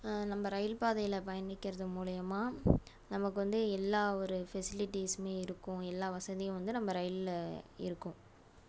நம்ம ரயில் பாதையில் பயணிக்கிறது மூலிமா நமக்கு வந்து எல்லா ஒரு ஃபெசிலிட்டிஸும் இருக்கும் எல்லா வசதியும் வந்து நம்ம ரயிலில் இருக்கும்